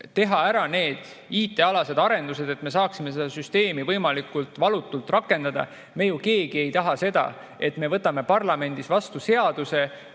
teha ära need IT-alased arendused, et me saaksime seda süsteemi võimalikult valutult rakendada. Me ju keegi ei taha seda, et me võtame parlamendis vastu seaduse,